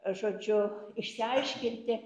žodžiu išsiaiškinti